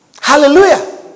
hallelujah